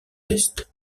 est